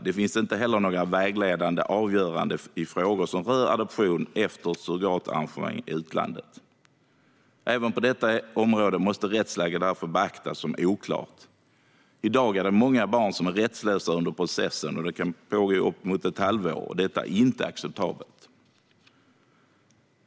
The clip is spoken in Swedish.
Det finns inte heller några vägledande avgöranden i frågor som rör adoption efter ett surrogatarrangemang i utlandet. Även på detta område måste rättsläget därför betraktas som oklart. I dag är många barn rättslösa under processen, som kan pågå i upp till ett halvår, och detta är inte acceptabelt.